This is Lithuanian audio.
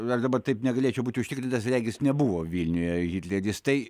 aš dabar taip negalėčiau būti užtikrintas regis nebuvo vilniuje hitleris tai